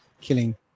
killing